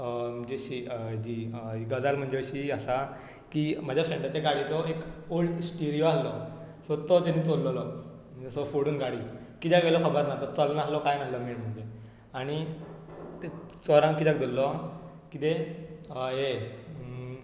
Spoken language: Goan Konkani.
म्हणजे अशी जी ही गजाल म्हणजे अशी आसा की म्हज्या फ्रेंडाच्या गाडयेचो एक ओल्ड स्टिरीयो आसलो सो तो तांणी चोरिल्लो असो फोडून गाडी कित्याक व्हेलो तो खबर ना तो चलना आसलो काय नासलो मेन म्हणजे आनी त्या चोरांक कित्याक धल्लो कितें आ ये